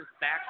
back